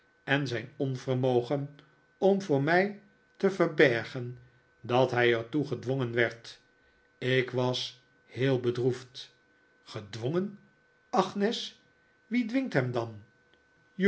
en zijn onvermogen om voor mij te verbergen dat hij er toe gedwongen werd ik was heel bedroefd gedwongen agnes wie dwingt hem dan